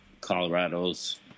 Colorado's